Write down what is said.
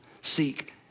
seek